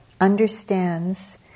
understands